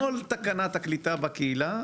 כל תקנת הקליטה בקהילה,